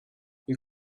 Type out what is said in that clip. you